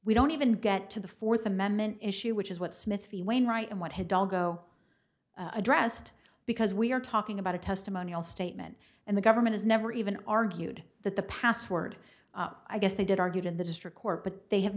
we don't even get to the fourth amendment issue which is what smith v wainwright and what had dago addressed because we are talking about a testimonial statement and the government has never even argued that the password i guess they did argued in the district court but they have